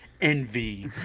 Envy